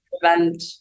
prevent